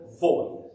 void